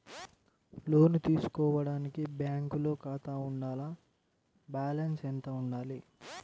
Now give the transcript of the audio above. లోను తీసుకోవడానికి బ్యాంకులో ఖాతా ఉండాల? బాలన్స్ ఎంత వుండాలి?